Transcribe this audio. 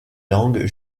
langue